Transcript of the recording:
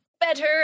better